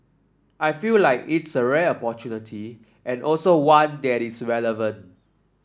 I feel like it's a rare opportunity and also one that is relevant